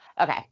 Okay